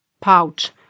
pouch